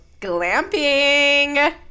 glamping